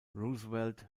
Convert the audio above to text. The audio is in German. roosevelt